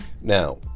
Now